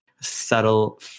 subtle